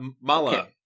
Mala